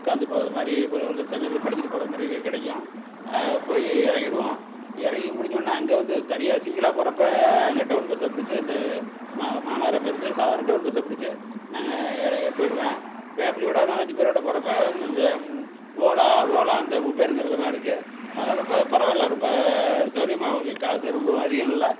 உட்காந்து போகிறது மாதிரி இப்போ ஒரு சமயத்தில் படுத்துகிட்டு போகிறது மாதிரி கிடைக்கும் போய் இறங்கிடுவோம் இறங்கி முடிஞ்சோன்னே அங்கே வந்து தனியாக சிங்கிளாக போகிறப்ப அங்கே டவுன் பஸ்ஸை பிடுச்சி இந்த மா மாநகரப் பேருந்து சாதாரண டவுன் பஸ்ஸை பிடுச்சி நாங்கள் எ போய்விடுவேன் ஃபேம்லியோடு நாலஞ்சு பேரோடு போகிறப்ப அந் இந்த ஓலா ஓலா அந்த உபெருங்கிறதெல்லாம் இருக்குது அதெலாம் ரொம்ப பரவாயில்ல ரொம்ப சௌகரியமாவும் இருக்குது காசு ரொம்பவும் அதிகம் இல்லை